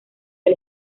del